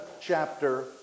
chapter